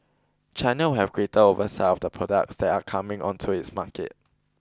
China will have greater oversight of the products that are coming onto its market